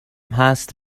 هست